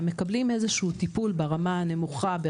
הם מקבלים איזה שהוא טיפול ברמה הנמוכה,